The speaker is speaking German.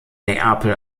neapel